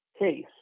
case